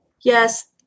yes